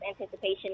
anticipation